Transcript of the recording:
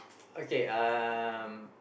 okay um